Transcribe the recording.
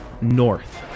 north